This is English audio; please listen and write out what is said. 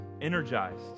energized